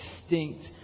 distinct